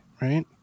right